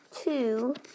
two